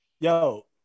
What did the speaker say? yo